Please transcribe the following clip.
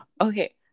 Okay